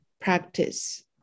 practice